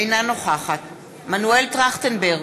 אינה נוכחת מנואל טרכטנברג,